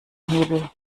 hebel